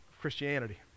Christianity